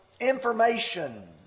information